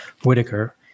Whitaker